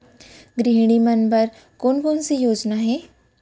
गृहिणी मन बर कोन कोन से योजना हे?